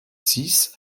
six